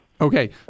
Okay